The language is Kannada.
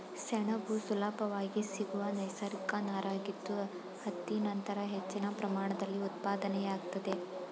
ಸೆಣಬು ಸುಲಭವಾಗಿ ಸಿಗುವ ನೈಸರ್ಗಿಕ ನಾರಾಗಿದ್ದು ಹತ್ತಿ ನಂತರ ಹೆಚ್ಚಿನ ಪ್ರಮಾಣದಲ್ಲಿ ಉತ್ಪಾದನೆಯಾಗ್ತದೆ